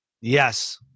Yes